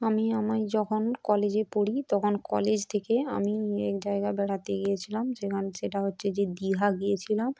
আমি আমায় যখন কলেজে পড়ি তখন কলেজ থেকে আমি এক জায়গায় বেড়াতে গিয়েছিলাম যেখান সেটা হচ্ছে যে দীঘা গিয়েছিলাম